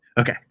Okay